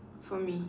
for me